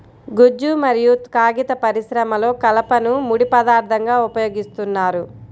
గుజ్జు మరియు కాగిత పరిశ్రమలో కలపను ముడి పదార్థంగా ఉపయోగిస్తున్నారు